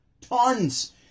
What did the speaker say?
Tons